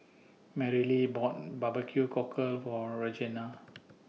Marylee bought Barbecue Cockle For Regena